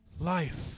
Life